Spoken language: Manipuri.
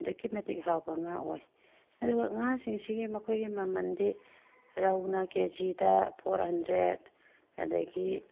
ꯑꯗꯨꯛꯀꯤ ꯃꯇꯤꯛ ꯍꯥꯎꯕ ꯉꯥ ꯑꯣꯏ ꯑꯗꯨꯒ ꯉꯥꯁꯤꯡꯁꯤꯒꯤ ꯃꯈꯣꯏꯒꯤ ꯃꯃꯟꯗꯤ ꯔꯧꯅ ꯀꯦꯖꯤꯗ ꯐꯣꯔ ꯍꯟꯗ꯭ꯔꯦꯠ ꯑꯗꯒꯤ